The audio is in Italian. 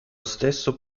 stesso